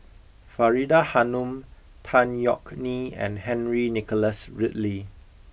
Faridah Hanum Tan Yeok Nee and Henry Nicholas Ridley